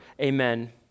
Amen